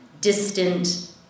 distant